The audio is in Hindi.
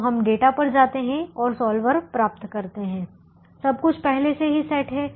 तो हम डेटा पर जाते हैं और सॉल्वर प्राप्त करते हैं सब कुछ पहले से ही सेट है